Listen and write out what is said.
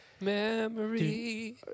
Memory